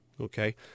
okay